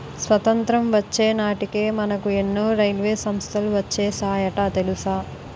స్వతంత్రం వచ్చే నాటికే మనకు ఎన్నో రైల్వే సంస్థలు వచ్చేసాయట తెలుసా